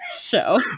show